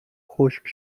خشک